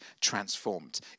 transformed